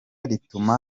rituma